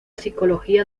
psicología